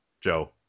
Joe